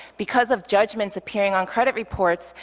because of judgments appearing on credit reports,